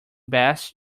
best